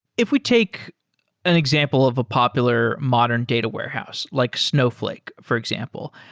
if we take an example of a popular modern data warehouse like snowflake, for example.